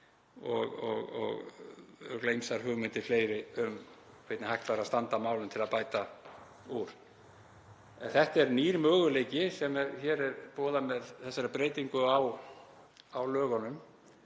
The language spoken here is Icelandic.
fleiri hugmyndir um hvernig hægt væri að standa að málum til að bæta úr. En þetta er nýr möguleiki sem hér er boðaður með þessari breytingu á lögunum